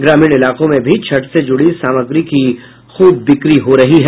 ग्रामीण इलाकों में भी छठ से जुड़ी सामग्री की खूब बिक्री हो रही है